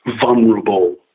vulnerable